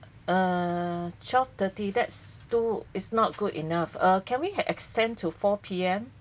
uh twelve-thirty that's too is not good enough err can we had extend to four P_M